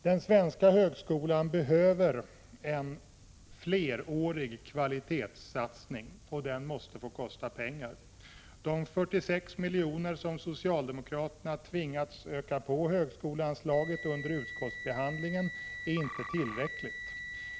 Den svenska högskolan behöver en flerårig kvalitetssatsning, och den måste få kosta pengar. De 46 miljoner som socialdemokraterna tvingats öka högskoleanslaget med under utskottsbehandlingen är inte tillräckligt.